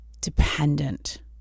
dependent